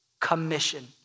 commission